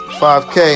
5k